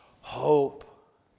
hope